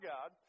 God